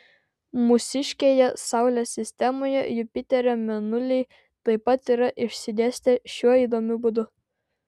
mūsiškėje saulės sistemoje jupiterio mėnuliai taip pat yra išsidėstę šiuo įdomiu būdu